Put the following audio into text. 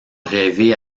rêver